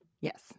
yes